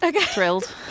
thrilled